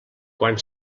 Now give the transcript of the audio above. quan